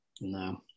no